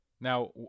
Now